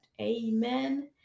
Amen